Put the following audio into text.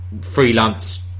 freelance